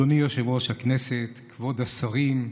אדוני יושב-ראש הכנסת, כבוד השרים,